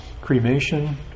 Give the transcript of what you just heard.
cremation